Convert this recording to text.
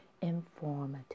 informative